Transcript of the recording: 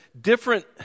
different